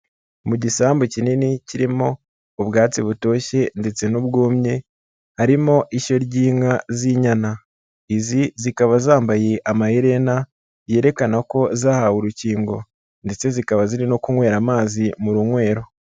Mu gisambu kinini kirimo ubwatsi butoshye ndetse n'ubwumye, harimo ishyo ry'inka z'inyana, izi zikaba zambaye amaherena yerekana ko zahawe urukingo ndetse zikaba ziri no kunywera amazi mu runywero.